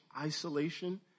isolation